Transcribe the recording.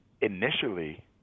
Initially